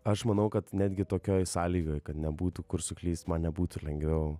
aš manau kad netgi tokioj sąlygai kad nebūtų kur suklyst man nebūtų lengviau